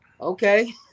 okay